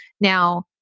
Now